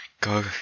go